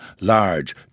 large